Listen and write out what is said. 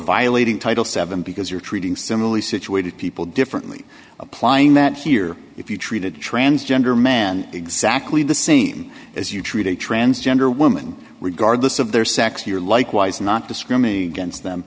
violating title seven because you're treating similarly situated people differently applying that here if you treated transgender men exactly the same as you treat a transgender woman regardless of their sex you're likewise not discriminate against them